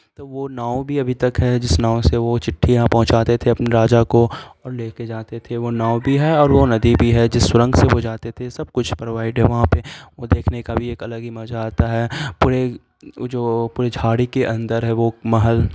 تو وہ ناؤ بھی ابھی تک ہے جس ناؤ سے وہ چٹھیاں پہنچاتے تھے اپنے راجہ کو اور لے کے جاتے تھے وہ ناؤ بھی ہے وہ ندی بھی ہے جس سرنگ سے وہ جاتے تھے سب کچھ پرووائڈ ہے وہاں پہ وہ دیکھنے کا بھی ایک الگ ہی مزہ آتا ہے پورے وہ جو پوری جھاڑی کے اندر ہے وہ محل